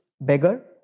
beggar